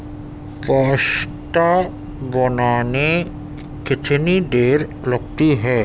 pasta بنانے کتنی دیر لگتی ہے